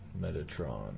Metatron